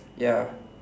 ya